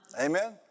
Amen